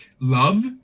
love